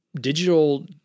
digital